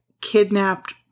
kidnapped